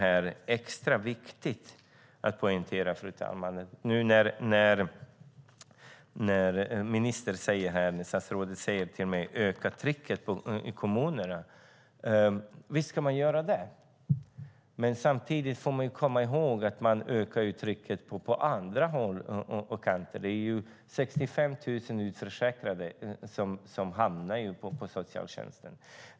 Statsrådet säger att man ska öka trycket på kommunerna, och visst kan man göra det. Men samtidigt får man komma ihåg att trycket ökar på alla håll och kanter. Det är 65 000 utförsäkrade som hamnar hos socialtjänsten.